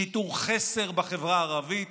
שיטור חסר בחברה הערבית,